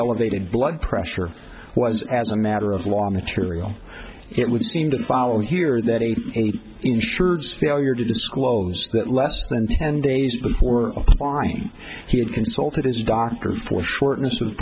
elevated blood pressure was as a matter of law material it would seem to follow here that he ensured failure to disclose that less than ten days before applying he had consulted his doctor for shortness of